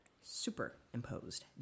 Superimposed